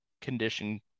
condition